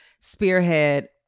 spearhead